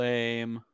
Lame